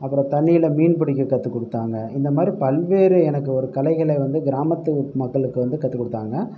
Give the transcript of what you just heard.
அப்புறம் தண்ணியில் மீன் பிடிக்க கற்று கொடுத்தாங்க இந்த மாதிரி பல்வேறு எனக்கு ஒரு கலைகளை வந்து கிராமத்து மக்களுக்கு வந்து கற்றுக் கொடுத்தாங்க